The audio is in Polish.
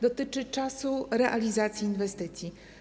Dotyczy to czasu realizacji inwestycji.